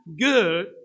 good